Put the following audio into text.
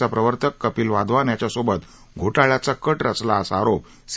चा प्रवर्तक कपील वाधवान याच्यासोबत घोटाळ्याचा कट रचला असा आरोप सी